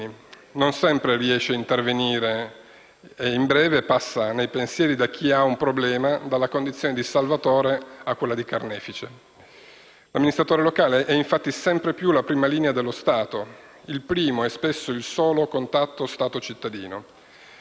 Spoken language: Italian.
Non sempre riesce a intervenire e in breve passa, nei pensieri di chi ha un problema, dalla condizione di salvatore a quella di carnefice. L'amministratore locale è, infatti, sempre più la prima linea dello Stato, il primo e spesso il solo contatto Stato-cittadino.